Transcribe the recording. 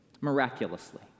miraculously